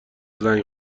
زنگ